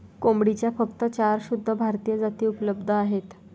कोंबडीच्या फक्त चार शुद्ध भारतीय जाती उपलब्ध आहेत